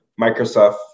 Microsoft